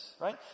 right